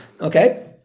Okay